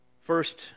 First